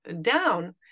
down